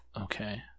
Okay